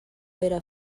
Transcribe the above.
era